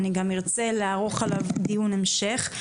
גם ארצה לערוך דיון המשך,